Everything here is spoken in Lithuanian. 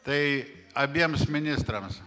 tai abiems ministrams